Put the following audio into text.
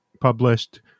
published